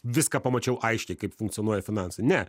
viską pamačiau aiškiai kaip funkcionuoja finansai ne